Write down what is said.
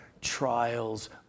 trials